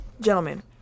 gentlemen